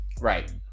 right